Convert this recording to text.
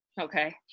okay